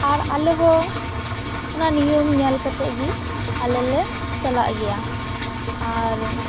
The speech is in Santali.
ᱟᱨ ᱟᱞᱮ ᱦᱚᱸ ᱚᱱᱟ ᱱᱤᱭᱚᱢ ᱧᱮᱞ ᱠᱟᱛᱮᱜ ᱜᱮ ᱟᱞᱮᱞᱮ ᱪᱟᱞᱟᱜ ᱜᱮᱭᱟ ᱟᱨ